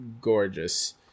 gorgeous